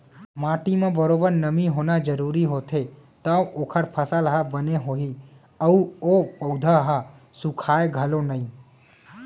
माटी म बरोबर नमी होना जरूरी होथे तव ओकर फसल ह बने होही अउ ओ पउधा ह सुखाय घलौ नई